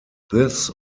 this